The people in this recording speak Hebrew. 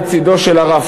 לצדו של הרב